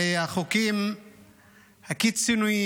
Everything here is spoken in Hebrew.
הרי החוקים הקיצוניים